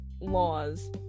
laws